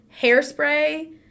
Hairspray